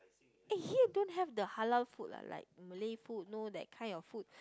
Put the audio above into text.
eh here don't have the halal food ah like the Malay food know that kind of food